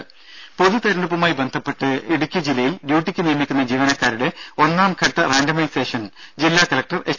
ദേദ പൊതുതിരഞ്ഞെടുപ്പുമായി ബന്ധപ്പെട്ട് ഇടുക്കി ജില്ലയിൽ ഡ്യൂട്ടിക്ക് നിയമിക്കുന്ന ജീവനക്കാരുടെ ഒന്നാംഘട്ടം റാൻഡമൈസേഷൻ ജില്ലാ കലക്ടർ എച്ച്